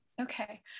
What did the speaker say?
okay